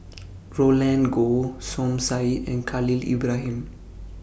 Roland Goh Som Said and Khalil Ibrahim